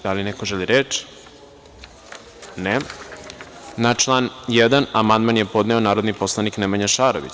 Da li neko želi reč? (Ne) Na član 1. amandman je podneo narodni poslanik Nemanja Šarović.